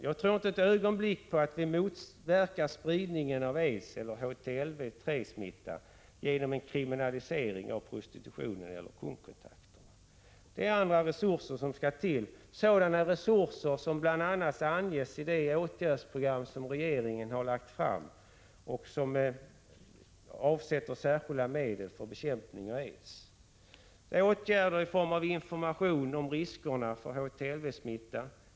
Jag tror inte ett ögonblick att vi motverkar spridningen av aids eller HTLV-III-smitta genom en kriminalisering av prostitutionen eller av kundkontakterna. Det är andra resurser som skall till. Sådana resurser som bl.a. anges i det åtgärdsprogram som regeringen har lagt fram, där det avsätts särskilda medel för bekämpning av aids. Det är åtgärder i form av information om riskerna för HTLV-III smitta.